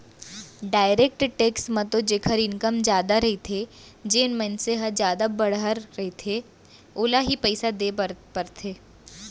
direct tax म तो जेखर इनकम जादा रहिथे जेन मनसे ह जादा बड़हर रहिथे ओला ही पइसा देय बर परथे